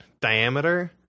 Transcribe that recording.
diameter